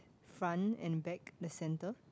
front and back the centre